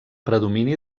predomini